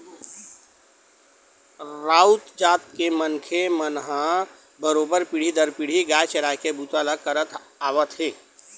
राउत जात के मनखे मन ह बरोबर पीढ़ी दर पीढ़ी गाय चराए के बूता ल करत आवत हे